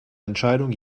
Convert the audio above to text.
entscheidung